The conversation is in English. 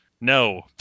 No